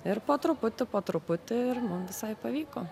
ir po truputį po truputį ir mum visai pavyko